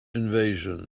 invasion